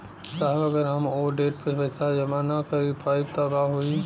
साहब अगर हम ओ देट पर पैसाना जमा कर पाइब त का होइ?